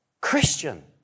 Christian